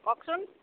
কওকচোন